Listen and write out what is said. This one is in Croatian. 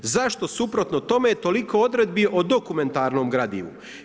Zašto suprotno tome je toliko odredbi o dokumentarnom gradivu.